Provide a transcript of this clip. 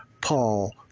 paul